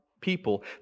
people